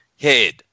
head